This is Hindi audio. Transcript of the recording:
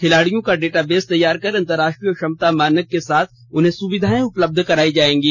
खिलाड़ियों का डेटाबेस तैयार कर अंतराष्ट्रीय क्षमता मानक के साथ उन्हें सुविधाएं उपलब्ध कराई जाएंगी